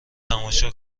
تماشا